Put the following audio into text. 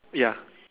ya